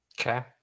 Okay